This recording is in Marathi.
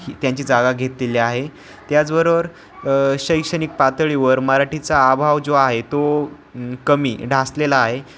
ही त्यांची जागा घेतलेली आहे त्याचबरोबर शैक्षणिक पातळीवर मराठीचा अभाव जो आहे तो कमी ढासलेला आहे